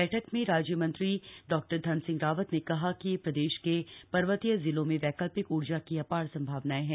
बैठक में राज्य मंत्री डॉ धन सिंह रावत ने कहा कि प्रदेश के पर्वतीय जिलों में वैकल्पिक ऊर्जा की अपार संभावनाएं हैं